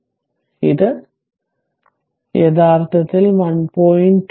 അതിനാൽ ഇത് r ആണ് ഇത് യഥാർത്ഥത്തിൽ 1